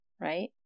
Right